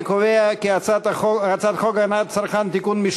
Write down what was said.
אני קובע כי הצעת חוק הגנת הצרכן (תיקון,